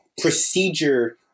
procedure